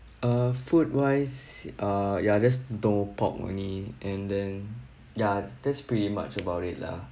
uh food wise uh ya just don't want pork only and then yeah that's pretty much about it lah